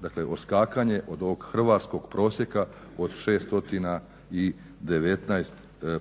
Dakle, odskakanje od ovog hrvatskog prosjeka od 619